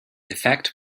effect